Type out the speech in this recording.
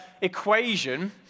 equation